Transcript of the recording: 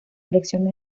elecciones